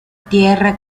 tierra